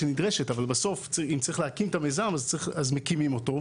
אבל בסוף אם צריך להקים את המיזם אז מקימים אותו,